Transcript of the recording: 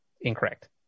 Incorrect